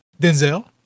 denzel